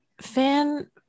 fan